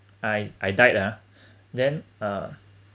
I I died ah then uh